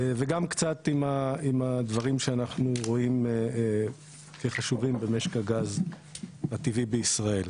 וגם קצת עם הדברים שאנחנו רואים כחשובים במשק הגז הטבעי בישראל.